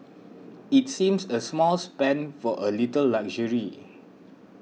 it seems a small spend for a little luxury